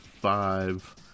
five